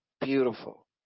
Beautiful